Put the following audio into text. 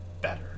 better